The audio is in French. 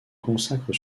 consacre